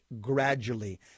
gradually